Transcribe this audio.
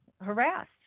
harassed